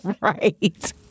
Right